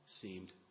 seemed